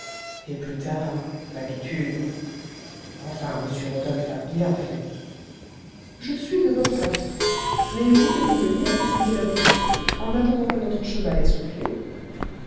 et plus tard l'habitude enfin m rodolphe a bien fait je suis de votre avis mais voulez-vous venir visiter la boutique en attendant que notre cheval